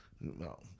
No